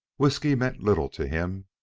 whiskey meant little to him.